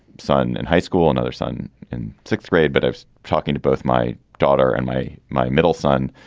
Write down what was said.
son in high school, another son in sixth grade. but i was talking to both my daughter and my my middle son